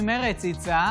היצע,